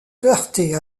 heurter